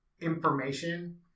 information